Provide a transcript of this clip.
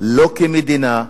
לא כמדינה.